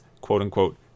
quote-unquote